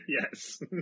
yes